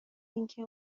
اینکه